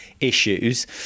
issues